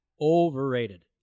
Overrated